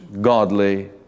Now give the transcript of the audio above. godly